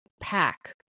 pack